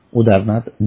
उदाहरणार्थ जी